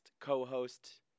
co-host